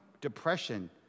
depression